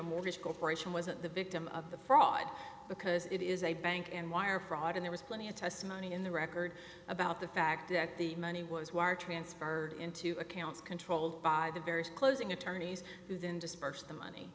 your mortgage corporation wasn't the victim of the fraud because it is a bank and wire fraud in there was plenty of testimony in the record about the fact that the money was wire transferred into accounts controlled by the various closing attorneys who then disburse the money